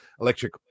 electric